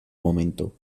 momento